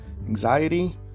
anxiety